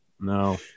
no